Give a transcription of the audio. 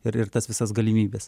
ir ir tas visas galimybes